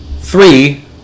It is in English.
three